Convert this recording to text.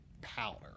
powder